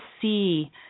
see